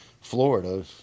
Florida